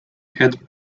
had